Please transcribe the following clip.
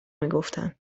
میگفتن